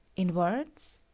in words.